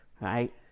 right